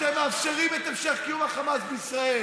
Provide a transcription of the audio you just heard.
אתם מאפשרים את המשך קיום החמאס בישראל,